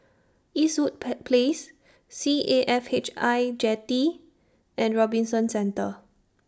Eastwood pair Place C A F H I Jetty and Robinson Centre